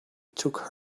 took